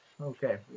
Okay